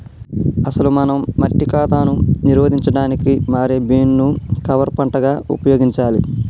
అసలు మనం మట్టి కాతాను నిరోధించడానికి మారే బీన్ ను కవర్ పంటగా ఉపయోగించాలి